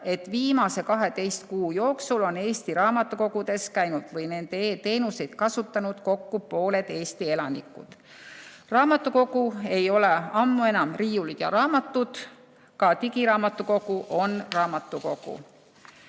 et viimase 12 kuu jooksul oli Eesti raamatukogudes käinud või nende e-teenuseid kasutanud kokku pooled Eesti elanikud. Raamatukogu ei ole ammu enam riiulid ja raamatud, ka digiraamatukogu on raamatukogu.